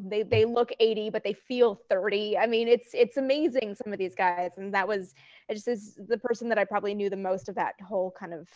they they look eighty, but they feel thirty. i mean, it's it's amazing, some of these guys. and that was the person that i probably knew the most of that whole kind of